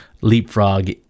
leapfrog